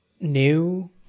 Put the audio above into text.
new